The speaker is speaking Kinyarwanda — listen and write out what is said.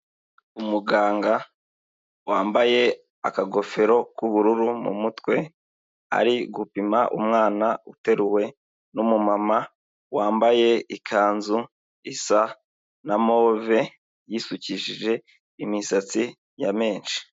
Umuganga wambaye akagofero k'ubururu mu mutwe, ari gupima umwana uteruwe n'umumama wambaye ikanzu isa na move, yisukishije imisatsi ya menshi.